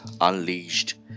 unleashed